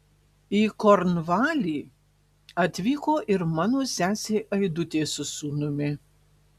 į kornvalį atvyko ir mano sesė aidutė su sūnumi